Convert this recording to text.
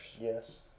Yes